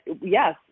yes